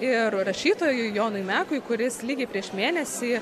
ir rašytojui jonui mekui kuris lygiai prieš mėnesį